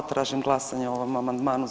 Tražim glasovanje o ovom amandmanu.